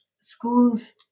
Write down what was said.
schools